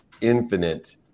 infinite